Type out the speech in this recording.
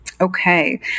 Okay